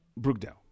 Brookdale